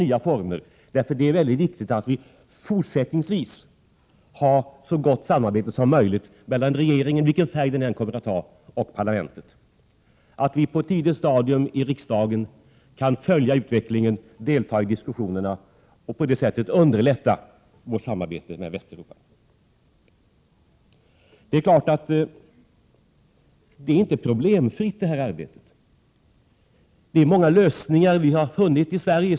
1987/88:114 Det är mycket viktigt att vi fortsättningsvis har ett så gott samarbete som 4 maj 1988 möjligt mellan regeringen, vilken färg den än kommer att ha, och parlamentet. Det är viktigt att vii riksdagen kan följa utvecklingen på ett tidigt stadium och delta i diskussionerna och på det sättet underlätta vårt samarbete med Västeuropa. Detta arbete är naturligtvis inte problemfritt. Vi har i Sverige funnit många lösningar som är mycket bra.